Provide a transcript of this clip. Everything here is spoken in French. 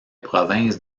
provinces